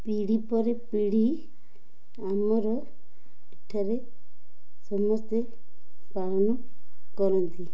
ପିଢ଼ି ପରେ ପିଢ଼ି ଆମର ଏଠାରେ ସମସ୍ତେ ପାଳନ କରନ୍ତି